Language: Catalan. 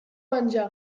menjar